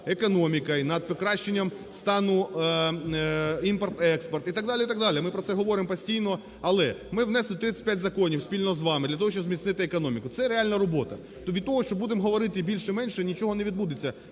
економікою, над покращенням стану імпорт-експорт і так далі, і так далі. Ми про це говоримо постійно, але ми внесли 35 законів спільно з вами для того, щоб зміцнити економіку, це реальна робота. То від того, що будемо говорити більше-менше, нічого не відбудеться.